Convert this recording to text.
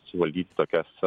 suvaldyti tokias